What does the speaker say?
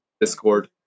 Discord